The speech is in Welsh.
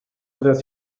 byddet